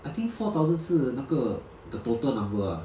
I think four thousand 是那个 the total number ah